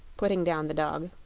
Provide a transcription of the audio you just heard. putting down the dog.